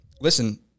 Listen